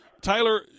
Tyler